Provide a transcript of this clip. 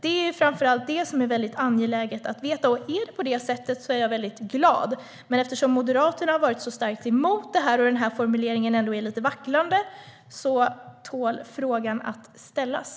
Det är framför allt det som är väldigt angeläget att veta. Är det på det sättet är jag väldigt glad, men eftersom Moderaterna har varit så starkt emot det här och den här formuleringen ändå är lite vacklande tål frågan att ställas.